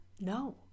No